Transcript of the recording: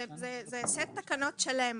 זה סט תקנות שלם,